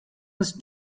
his